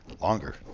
longer